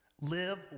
Live